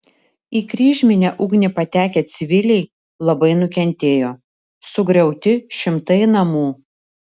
į kryžminę ugnį patekę civiliai labai nukentėjo sugriauti šimtai namų